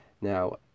Now